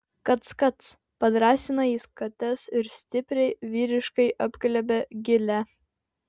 kac kac padrąsina jis kates ir stipriai vyriškai apglėbia gilę